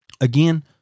Again